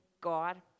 God